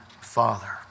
father